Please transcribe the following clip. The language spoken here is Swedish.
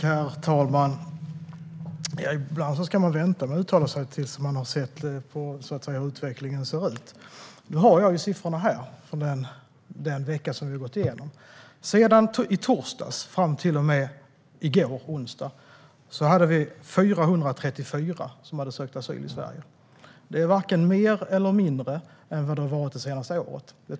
Herr talman! Ibland ska man vänta med att uttala sig tills man har sett hur utvecklingen ser ut. Jag har med mig siffrorna för den aktuella veckan. Sedan i torsdags fram till och med i går, onsdag, sökte 434 personer asyl i Sverige. Det är varken mer eller mindre än vad det har varit det senaste året.